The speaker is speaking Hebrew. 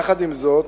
עם זאת,